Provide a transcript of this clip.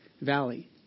valley